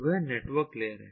वह network layer है